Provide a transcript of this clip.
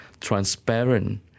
transparent